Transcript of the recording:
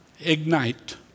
ignite